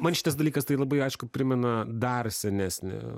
man šitas dalykas tai labai aišku primena dar senesnį